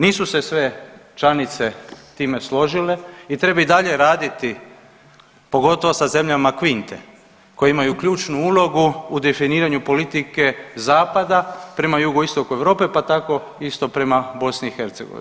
Nisu se sve članice time složile i treba i dalje raditi pogotovo sa zemljama Kvinte koje imaju ključnu u definiranju politike zapada prema Jugoistoku Europe pa tako isto prema BiH.